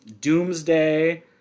Doomsday